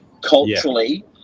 Culturally